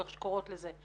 או איך שקוראות לזה,